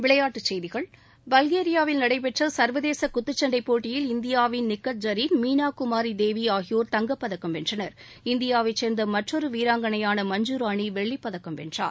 விளையாட்டுச்செய்திகள் பல்கேரியாவில் நடைபெற்ற சர்வதேச குத்துச்சண்டை போட்டியில் இந்தியாவின் நிக்கத் ஜரீன் மீனா குமாரி தேவி ஆகியோர் தங்கப் பதக்கம் வென்றனர் இந்தியாவைச் சேர்ந்த மற்றொரு வீராங்கனையான மஞ்சு ராணி வெள்ளி பதக்கம் வென்றார்